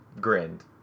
grinned